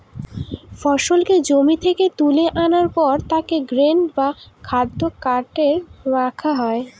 ফসলকে জমি থেকে তুলে আনার পর তাকে গ্রেন বা খাদ্য কার্টে রাখা হয়